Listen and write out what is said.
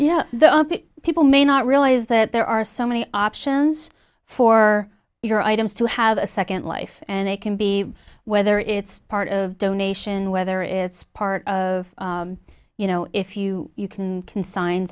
yeah the people may not realize that there are so many options for your items to have a second life and it can be whether it's part of donation whether it's part of you know if you you can consign